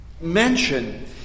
mention